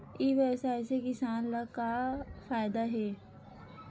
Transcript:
ई व्यवसाय से किसान ला का फ़ायदा हे?